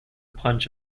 punch